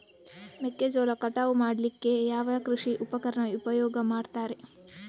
ಮೆಕ್ಕೆಜೋಳ ಕಟಾವು ಮಾಡ್ಲಿಕ್ಕೆ ಯಾವ ಕೃಷಿ ಉಪಕರಣ ಉಪಯೋಗ ಮಾಡ್ತಾರೆ?